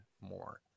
more